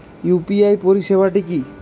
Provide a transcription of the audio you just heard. UPI পরিসেবাটা কি?